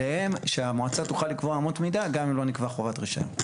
עליהם שהמועצה תוכל לקבוע אמות מידה גם אם לא נקבע חובת רישיון.